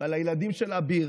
ועל הילדים של אביר